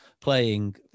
playing